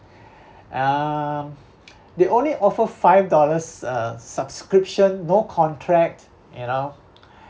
(um )they only offer five dollars uh subscription no contract you know